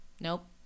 nope